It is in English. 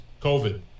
COVID